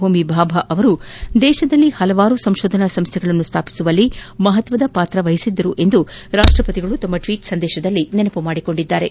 ಹೋಮಿ ಬಾಬಾ ಅವರು ದೇಶದಲ್ಲಿ ಹಲವಾರು ಸಂಕೋಧನಾ ಸಂಕೈಗಳನ್ನು ಸ್ಥಾಪಿಸುವಲ್ಲಿ ಮಹತ್ವದ ಪಾತ್ರವಹಿಸಿದ್ದಾರೆ ಎಂದು ರಾಷ್ಷಪತಿಗಳು ತಮ್ಮ ಟ್ವೀಟ್ ಸಂದೇಶದಲ್ಲಿ ನೆನಪು ಮಾಡಿಕೊಂಡಿದ್ದಾರೆ